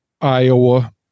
Iowa